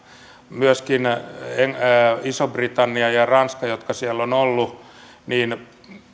myöskin iso britannia ja ranska jotka siellä ovat olleet